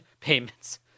payments